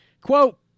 Quote